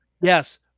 Yes